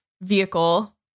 vehicle